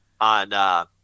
on –